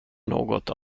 något